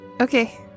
Okay